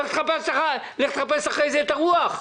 ולך תחפש אחרי זה את הרוח.